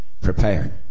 prepare